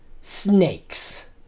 snakes